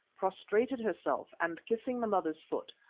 prostrated herself and kissing the mother's foot,